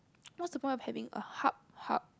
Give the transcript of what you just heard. what's the point of having a hub hub